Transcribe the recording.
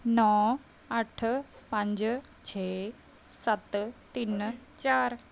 ਨੌਂ ਅੱਠ ਪੰਜ ਛੇ ਸੱਤ ਤਿੰਨ ਚਾਰ